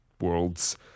world's